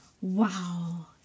Wow